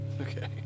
Okay